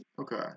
Okay